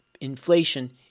inflation